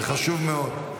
זה חשוב מאוד.